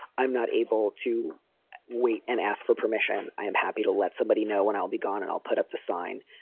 i'm not able to wait and ask for permission. i'm happy to let somebody know when i'll be gone and i'll put up the sign.